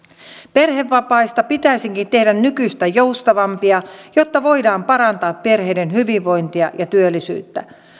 perhevapaista pitäisikin tehdä nykyistä joustavampia jotta voidaan parantaa perheiden hyvinvointia ja työllisyyttä